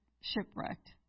shipwrecked